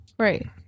Right